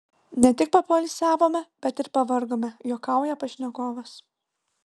ne tik papoilsiavome bet ir pavargome juokauja pašnekovas